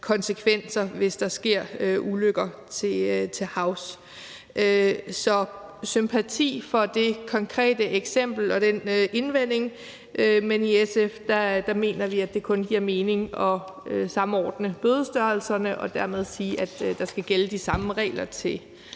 konsekvenser, hvis der sker ulykker til havs. Så vi har sympati for det konkrete eksempel og den indvending, men i SF mener vi, at det kun giver mening at samordne bødestørrelserne og dermed sige, at der skal gælde de samme regler til